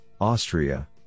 Austria